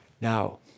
Now